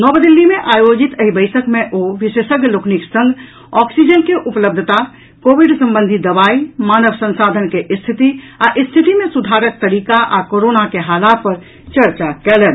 नव दिल्ली मे आयोजित एहि बैसक मे ओ विशेषज्ञ लोकनिक संग ऑक्सीजन के उपलब्धता कोविड संबंधी दबाई मानव संसाधन के स्थिति आ स्थिति मे सुधारक तरीका आ कोरोना के हालात पर चर्चा कयलनि